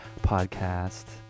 podcast